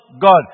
God